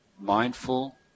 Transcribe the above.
mindful